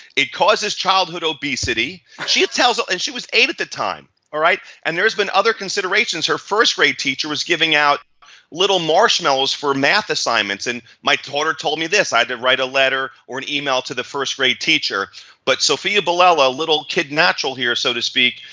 it causes childhood obesity. she tells and she was eight at the time, alright? and there's been other considerations. her first grade teacher was giving out little marshmallows for math assignments and my daughter told me this, either write a letter or an email to the first grade teacher but sophia bilella, little kid natural here so to speak,